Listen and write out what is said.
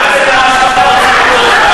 אין לך תרבות.